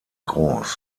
groß